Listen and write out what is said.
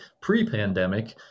pre-pandemic